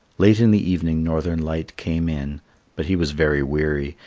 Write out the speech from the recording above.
late in the evening northern light came in but he was very weary,